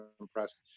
impressed